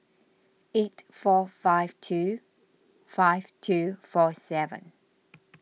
eight four five two five two four seven